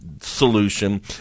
solution